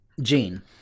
Gene